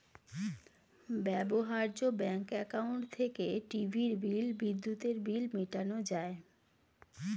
ব্যবহার্য bank account থেকে টিভির বিল, বিদ্যুতের বিল মেটানো যায়